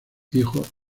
hijos